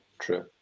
true